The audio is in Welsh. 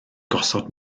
gosod